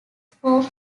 form